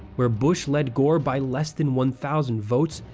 where bush led gore by less than one thousand votes,